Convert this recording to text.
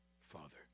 Father